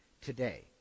today